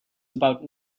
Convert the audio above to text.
about